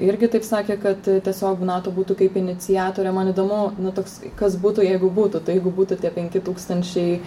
irgi taip sakė kad tiesiog nato būtų kaip iniciatorė man įdomu na toks kas būtų jeigu būtų tai jeigu būtų tie penki tūkstančiai